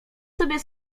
sobie